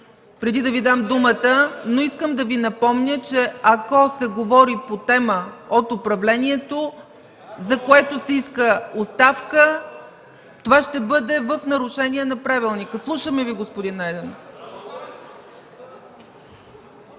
преди да Ви дам думата, но искам да Ви напомня, че ако се говори по тема от управлението, за което се иска оставка, това ще бъде в нарушение на правилника. Слушаме Ви, господин Найденов.